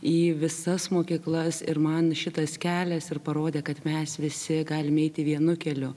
į visas mokyklas ir man šitas kelias ir parodė kad mes visi galime eiti vienu keliu